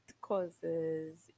causes